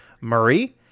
Murray